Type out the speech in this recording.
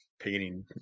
painting